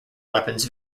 weapons